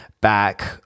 back